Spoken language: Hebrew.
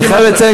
אני חייב לציין,